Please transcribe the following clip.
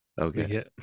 okay